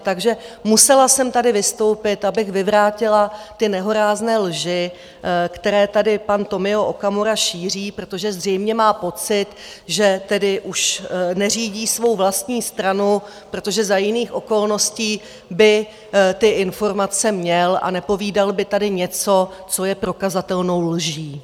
Takže musela jsem tady vystoupit, abych vyvrátila ty nehorázné lži, které tady pan Tomio Okamura šíří, protože zřejmě má pocit, že tedy už neřídí svou vlastní stranu, protože za jiných okolností by ty informace měl a nepovídal by tady něco, co je prokazatelnou lží.